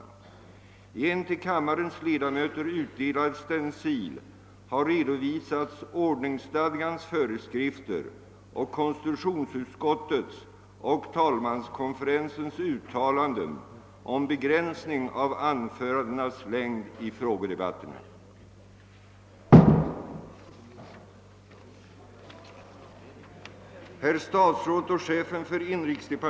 I en till kammarens ledamöter utdelad stencil har redovisats ordningsstadgans föreskrifter och konstitutionsutskottets och talmanskonferensens uttalanden om begränsning av anförandenas längd i frågedebatterna.